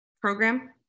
program